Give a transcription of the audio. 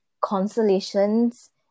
consolations